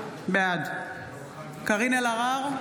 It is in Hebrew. בעד קארין אלהרר,